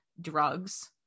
drugs